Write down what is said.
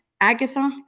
Agatha